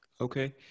Okay